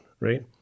right